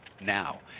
now